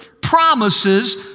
promises